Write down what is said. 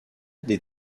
des